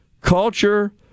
culture